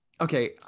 Okay